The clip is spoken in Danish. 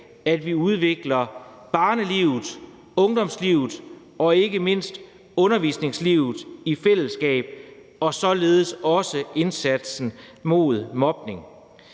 at vi udvikler barnelivet, ungdomslivet og ikke mindst undervisningslivet i fællesskab og således også indsatsen mod mobning.